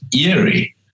eerie